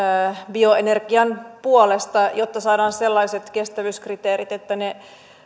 bioenergian puolesta jotta saadaan sellaiset kestävyyskriteerit että ne